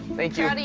thank you.